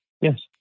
Yes